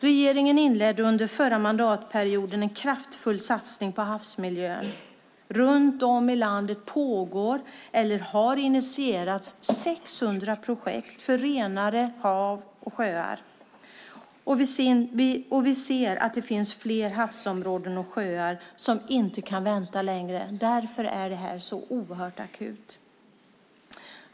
Regeringen inledde under förra mandatperioden en kraftfull satsning på havsmiljön. Runt om i landet pågår eller har initierats 600 projekt för renare hav och sjöar. Vi ser att det finns fler havsområden och sjöar som inte kan vänta längre, och därför är detta akut.